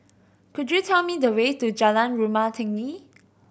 could you tell me the way to Jalan Rumah Tinggi